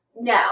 No